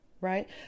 right